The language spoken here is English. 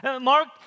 Mark